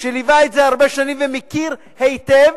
שליוו אותו הרבה שנים ואני מכיר אותו היטב.